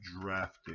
drafted